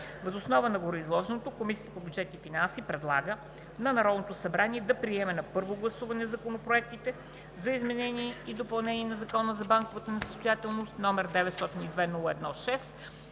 Въз основа на гореизложеното Комисията по бюджет и финанси предлага на Народното събрание да приеме на първо гласуване законопроектите за изменение и допълнение на Закона за банковата несъстоятелност, № 902-01-6,